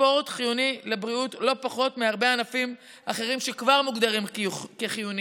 הספורט חיוני לבריאות לא פחות מהרבה ענפים אחרים שכבר מוגדרים כחיוניים,